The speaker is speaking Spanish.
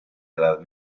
edad